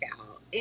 out